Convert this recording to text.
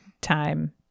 time